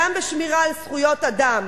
גם בשמירה על זכויות אדם.